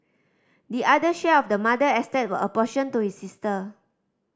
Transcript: the other share of the mother estate were apportioned to his sister